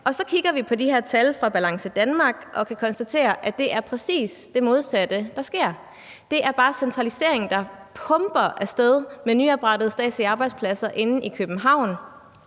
Og så kigger vi på de her tal fra Balance Danmark og kan konstatere, at det er præcis det modsatte, der sker. Det er bare centralisering, der pumper af sted med nyoprettede statslige arbejdspladser inde i København.